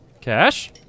Cash